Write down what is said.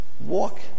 Walk